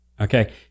Okay